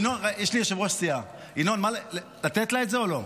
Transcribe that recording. יש לי יושב-ראש סיעה, ינון, לתת לה את זה או לא?